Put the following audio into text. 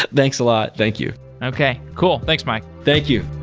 thanks a lot. thank you okay, cool. thanks, mike. thank you